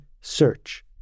search